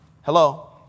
Hello